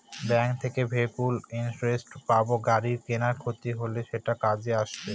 bank থেকে vehicle insurance পাব গাড়ির কোনো ক্ষতি হলে সেটা কাজে আসবে